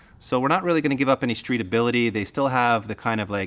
so we're not really gonna give up any street ability. they still have the kind of like